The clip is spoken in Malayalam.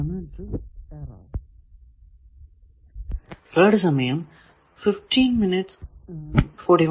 അതാണ് ഡ്രിഫ്ട് എറർ